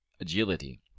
agility